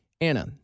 Anna